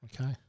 Okay